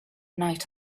night